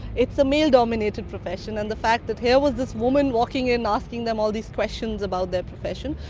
it's a male-dominated profession and the fact that here was this woman walking in asking them all these questions about their profession.